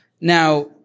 Now